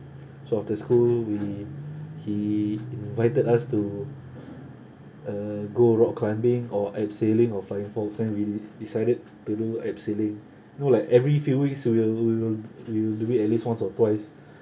so after school we he invited us to uh go rock climbing or abseiling or flying fox and we decided to do abseiling you know like every few weeks we will we will we will do it at least once or twice